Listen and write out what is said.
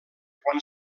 quan